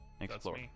explore